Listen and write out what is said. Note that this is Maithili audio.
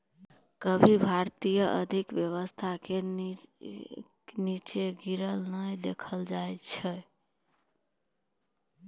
कभियो भारतीय आर्थिक व्यवस्था के नींचा गिरते नै देखलो जाय छै